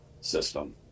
system